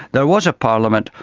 there was a parliament,